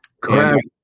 Correct